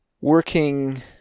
working